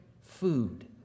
food